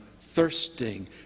thirsting